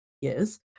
yes